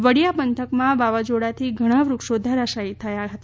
વડિયા પંથકમાં વાવાઝોડાથી ઘણા વૃક્ષો ધરાશાયી થઇ ગયા હતા